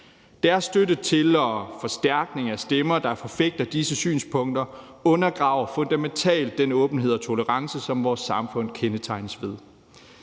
Deres støtte til og forstærkning af stemmer, der forfægter disse synspunkter, undergraver fundamentalt den åbenhed og tolerance, som vores samfund kendetegnes ved.